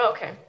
Okay